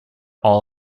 all